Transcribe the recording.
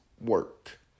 work